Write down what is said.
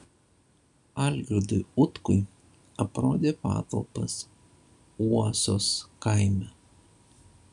algirdui utkui aprodė patalpas uosos kaime